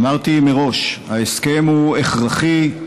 אמרתי מראש: ההסכם הוא הכרחי,